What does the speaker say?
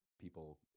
people